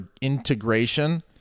integration